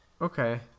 okay